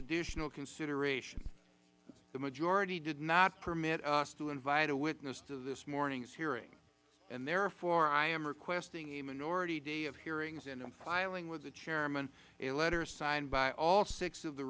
additional consideration the majority did not permit us to invite a witness to this morning's hearing and therefore i am requesting a minority day of hearings and am filing with the chairman a letter signed by all six of the